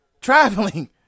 traveling